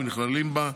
ונכללים בה,